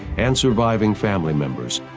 and surviving family members.